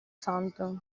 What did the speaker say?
santo